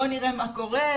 בוא נראה מה קורה,